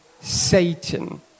Satan